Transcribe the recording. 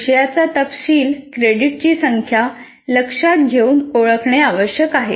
विषयाचा तपशील क्रेडिटची संख्या लक्षात घेऊन ओळखणे आवश्यक आहे